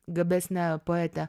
gabesnę poetę